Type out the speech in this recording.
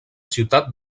ciutat